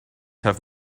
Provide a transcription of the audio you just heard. have